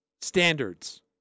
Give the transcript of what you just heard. standards